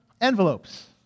envelopes